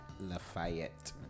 Lafayette